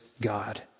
God